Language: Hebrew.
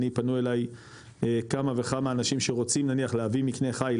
אני פנו אליי כמה וכמה אנשים שרוצים נניח להביא מקנה חי,